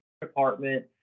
department